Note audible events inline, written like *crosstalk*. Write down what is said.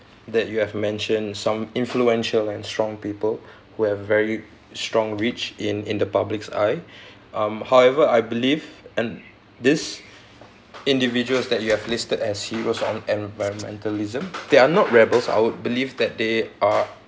that you have mentioned some influential and strong people who have very strong reach in in the public's eye *breath* um however I believe and these individuals that you have listed as heroes on environmentalism they are not rebels I would believe that they are